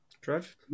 Trev